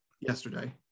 yesterday